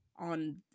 on